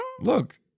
look